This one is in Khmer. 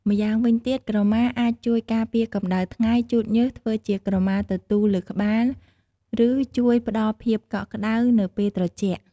ម្យ៉ាងវិញទៀត ក្រមាអាចជួយការពារកម្ដៅថ្ងៃ ជូតញើស ធ្វើជាក្រមាទទូលលើក្បាល ឬជួយផ្ដល់ភាពកក់ក្ដៅនៅពេលត្រជាក់។